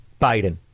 Biden